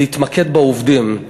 להתמקד בעובדים.